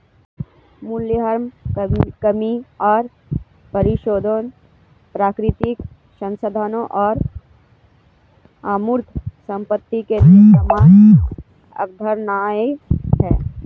मूल्यह्रास कमी और परिशोधन प्राकृतिक संसाधनों और अमूर्त संपत्ति के लिए समान अवधारणाएं हैं